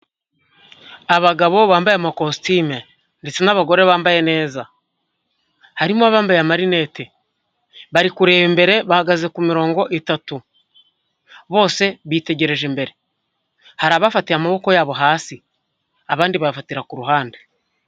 Abagabo bambaye amakositime ndetse n'abagore bambaye neza, harimo abambaye amarinete, bari kureba imbere bahagaze ku mirongo itatu, bose bitegereje imbere, hari abafatiye amaboko yabo hasi abandi bayafatira ku ruhande.